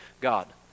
God